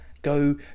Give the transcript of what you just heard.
go